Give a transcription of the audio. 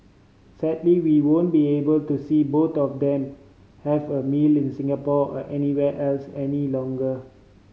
sadly we won't be able to see both of them have a meal in Singapore or anywhere else any longer